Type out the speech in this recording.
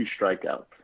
strikeouts